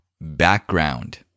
background